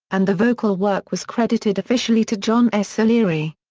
and the vocal work was credited officially to john s o'leary.